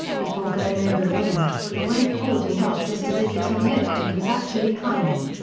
before going over the wing, it went forward and up just as if it had lift and was actually climbing.